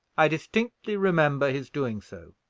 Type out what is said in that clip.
i distinctly remember his doing so.